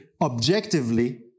objectively